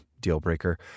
deal-breaker